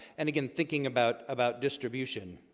and again thinking about about distribution.